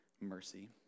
mercy